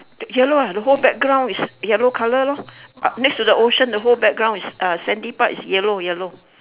yellow ah the whole background is yellow colour lor uh next to the ocean the whole background is uh sandy part is yellow yellow